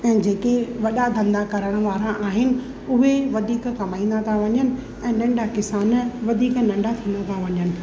ऐं जेके वॾा धंधा करण वारा आहिनि उवे वधीक कमाईंदा था वञनि ऐं नंढा किसान वधीक नंढा थींदा था वञनि